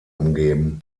umgeben